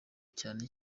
cyane